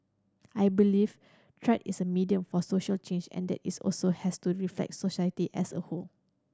I believe is a medium for social change and that is also has to reflect society as a whole